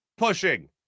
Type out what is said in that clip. Pushing